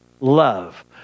love